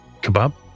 kebab